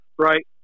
right